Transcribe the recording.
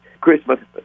Christmas